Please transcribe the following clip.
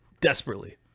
desperately